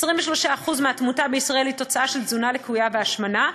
23% מהתמותה בישראל היא תוצאה של תזונה לקויה והשמנה,